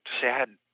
sad